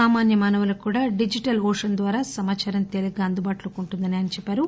సామాన్య మానవులకు కూడా డిజిటల్ ఓషన్ ద్వారా సమాచారం తేలికగా అందుబాటులో ఉంటుందని ఆయన చెప్పారు